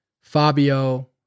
Fabio